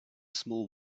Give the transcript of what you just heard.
small